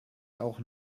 auch